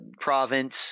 province